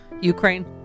ukraine